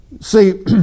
See